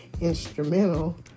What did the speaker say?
instrumental